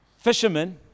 fishermen